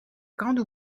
grande